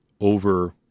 over